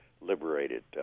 liberated